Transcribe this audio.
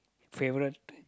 favorite